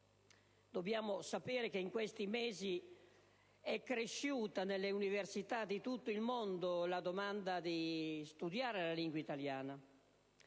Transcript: (dobbiamo sapere che in questi mesi è cresciuta nelle università di tutto il mondo la domanda di studio della lingua italiana),